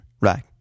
right